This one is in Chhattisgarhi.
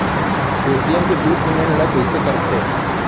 पे.टी.एम के बिल पेमेंट ल कइसे करथे?